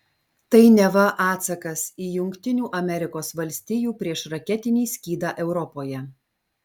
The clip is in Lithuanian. tai neva atsakas į jungtinių amerikos valstijų priešraketinį skydą europoje